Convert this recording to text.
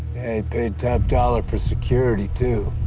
paid top dollar for security, too.